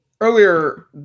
Earlier